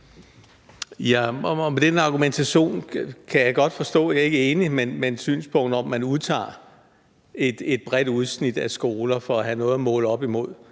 (EL): Med den argumentation kan jeg godt forstå, at jeg ikke er enig i et synspunkt om, at man udtager et bredt udsnit af skoler for at have noget at måle op imod.